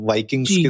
Vikings